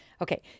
Okay